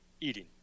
eating